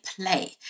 play